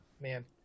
man